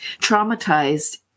traumatized